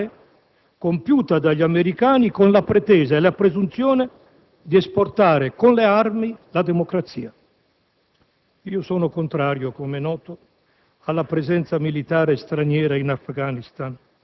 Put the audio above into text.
Oggi, alla stessa stregua, diremmo no all'occupazione militare compiuta dagli americani con la pretesa, e nella presunzione, di esportare con le armi la democrazia.